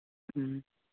ꯎꯝ